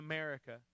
America